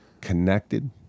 connected